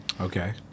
Okay